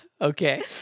Okay